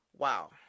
Wow